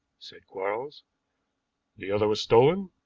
said quarles the other was stolen.